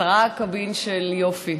עשרה קבין של יופי,